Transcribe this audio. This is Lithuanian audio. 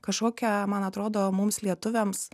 kažkokia man atrodo mums lietuviams